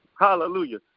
Hallelujah